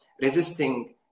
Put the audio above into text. resisting